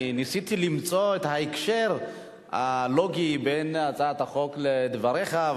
ניסיתי למצוא את ההקשר הלוגי בין הצעת החוק לדבריך,